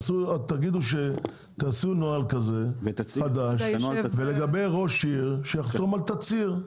תגידו שתעשו נוהל כזה חדש ולגבי ראש עיר שיחתום על תצהיר,